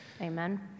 Amen